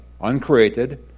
uncreated